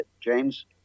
James